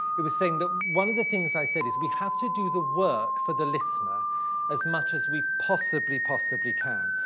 you were saying that one of the things i said is we have to do the work for the listener as much as we possibly, possibly can.